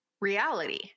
reality